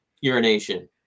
urination